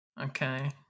Okay